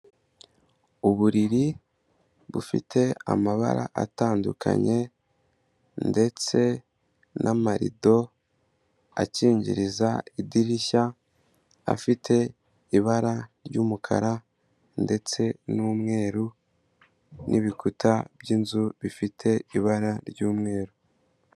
Uburiri bufite amabara atandukanye ndetse n'amarido akingiriza idirishya, afite ibara ry'umukara ndetse n'umweru n'ibikuta by'inzu bifite ibara ry'umweru.